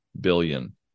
billion